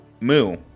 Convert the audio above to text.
Moo